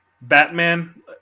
Batman